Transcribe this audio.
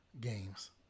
games